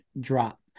drop